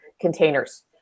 containers